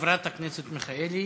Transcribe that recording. חברת הכנסת מיכאלי.